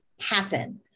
happen